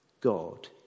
God